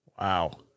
wow